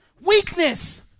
Weakness